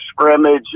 scrimmage